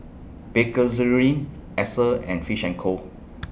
Bakerzin Acer and Fish and Co